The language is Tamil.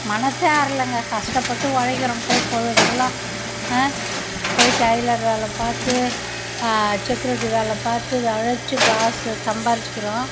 மனசே ஆற்லைங்க கஷ்டப்பட்டு உழைக்கிறோம் போய் பொழுதுக்குலாம் ஆ போய் டெய்லர் வேலை பார்த்து செக்ரூட்டி வேலை பார்த்து உழைச்சி காசு சம்பாரிச்சிக்கிறோம்